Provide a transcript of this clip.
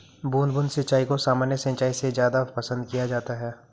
बूंद बूंद सिंचाई को सामान्य सिंचाई से ज़्यादा पसंद किया जाता है